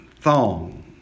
thong